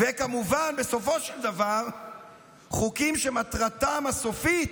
וכמובן, בסופו של דבר חוקים שמטרתם הסופית